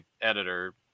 editor